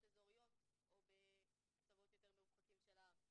אזוריות או בקצוות יותר מרוחקים של הארץ,